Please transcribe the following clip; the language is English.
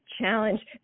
challenge